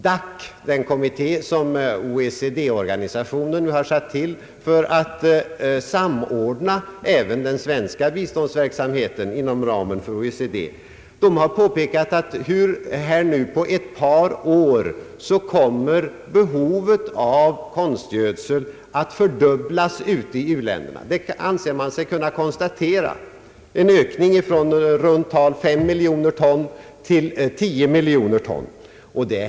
DAC — den kommitté som OECD har tillsatt för att samordna biståndsverksamheten och alltså även den svenska inom ramen för OECD — har påpekat att behovet av konstgödsel kommer att fördubblas i u-länderna. Detta anser man sig kunna konstatera. Det blir en ökning från i runt tal 5 miljoner ton till 10 miljoner ton per år.